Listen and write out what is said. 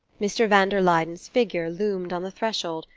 mr. van der luyden's figure loomed on the threshold,